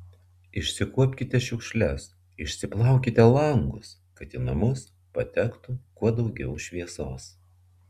išsikuopkite šiukšles išsiplaukite langus kad į namus patektų kuo daugiau šviesos